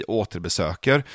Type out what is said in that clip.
återbesöker